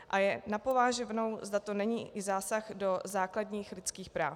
A je na pováženou, zda to není i zásah do základních lidských práv.